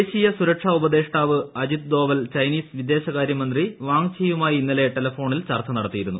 ദേശീയ സുരക്ഷാ ഉപദേഷ്ടാവ് അജിത് ഡോവൽ ചൈനീസ് വിദേശകാര്യ മന്ത്രി വാങ്ചിയുമായി ഇന്നലെ ടെലഫോണിൽ ചർച്ച നടത്തിയിരുന്നു